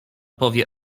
powie